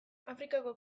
afrikako